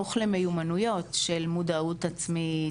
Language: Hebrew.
לחינוך מיומנויות של מודעות עצמית,